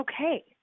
okay